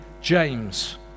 James